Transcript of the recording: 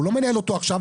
הוא לא מנהל אותו עכשיו.